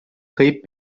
kayıp